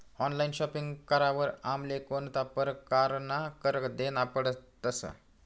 Online shopping करावर आमले कोणता परकारना कर देना पडतस?